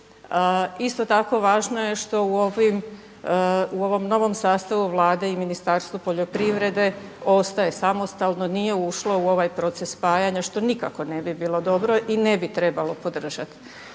Isto tako važno je što u ovom novom sastavu Vlade i Ministarstvo poljoprivrede, ostaje samostalno, nije ušlo u ovaj proces spajanja što nikako ne bi bilo dobro i ne bi trebalo podržat.